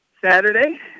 Saturday